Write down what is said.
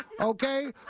Okay